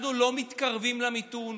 אנחנו לא מתקרבים למיתון,